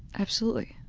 absolutely.